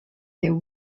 the